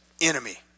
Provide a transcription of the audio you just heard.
enemy